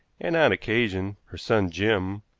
and, on occasion, her son jim,